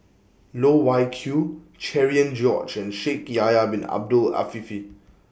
Loh Wai Kiew Cherian George and Shaikh Yahya Bin Ahmed Afifi